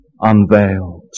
unveiled